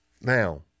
Now